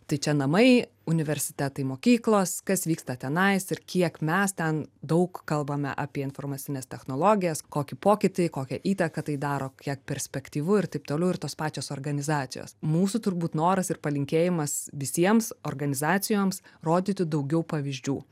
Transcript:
tai čia namai universitetai mokyklos kas vyksta tenais ir kiek mes ten daug kalbame apie informacines technologijas kokį pokytį kokią įtaką tai daro kiek perspektyvu ir taip toliau ir tos pačios organizacijos mūsų turbūt noras ir palinkėjimas visiems organizacijoms rodyti daugiau pavyzdžių